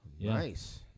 Nice